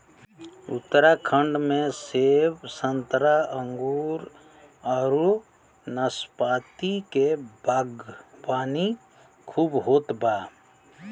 उत्तराखंड में सेब संतरा अंगूर आडू नाशपाती के बागवानी खूब होत बा